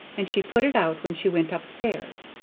and she put it out when she went up stairs.